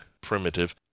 primitive